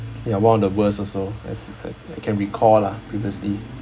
ya one of the worst also uh uh uh can recall lah previously